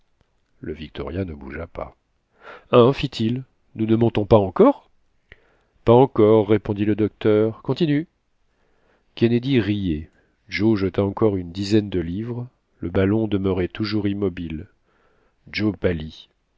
le victoria ne bougea pas hein fit-il nous ne montons pas encore pas encore répondit le docteur continue kennedy riait joe jeta encore une dizaine de livres le ballon demeurait toujours immobile joe pâlit